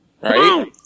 right